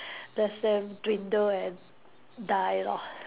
let them dwindle and die lor